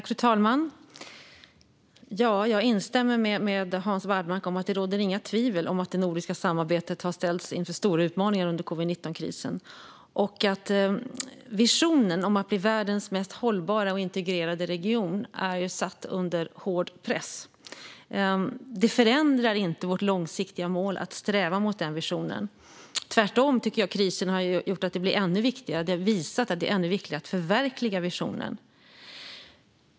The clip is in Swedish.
Fru talman! Jag instämmer med Hans Wallmark om att det inte råder några tvivel om att det nordiska samarbetet har ställts inför stora utmaningar under covid-19-krisen. Visionen om att bli världens mest hållbara och integrerade region är satt under hård press. Det förändrar inte vårt långsiktiga mål att sträva mot denna vision. Jag tycker tvärtom att krisen har gjort att visionen blir ännu viktigare. Krisen har visat att det är ännu viktigare att förverkliga visionen.